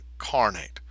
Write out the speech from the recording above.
incarnate